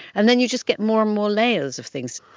and then you just get more and more layers of things.